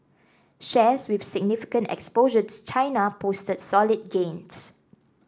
shares with significant exposure to China posted solid gains